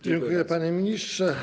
Dziękuję, panie ministrze.